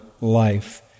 life